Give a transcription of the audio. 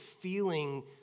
feeling